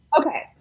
Okay